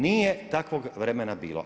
Nije takvog vremena bilo.